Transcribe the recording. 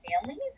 families